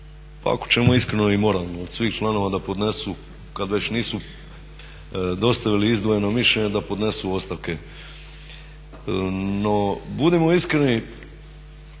ako ćemo iskreno i moralno od svih članova da podnesu, kad već nisu dostavili izdvojeno mišljenje da podnesu ostavke. No budimo iskreni,